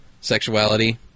sexuality